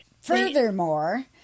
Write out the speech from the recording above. furthermore